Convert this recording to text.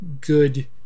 good